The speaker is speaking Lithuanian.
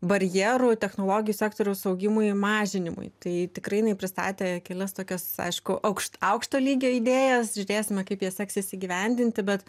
barjerų technologijų sektoriaus augimui mažinimui tai tikrai jinai pristatė kelias tokias aišku aukšt aukšto lygio idėjas žiūrėsime kaip jas seksis įgyvendinti bet